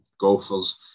golfers